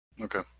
Okay